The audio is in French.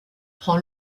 prend